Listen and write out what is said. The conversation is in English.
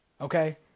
Okay